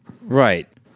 Right